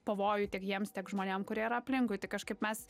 pavojų tiek jiems tiek žmonėm kurie yra aplinkui tai kažkaip mes